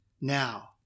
Now